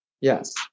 Yes